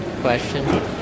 question